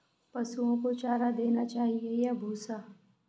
पशुओं को चारा देना चाहिए या भूसा?